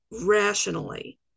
rationally